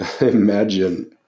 imagine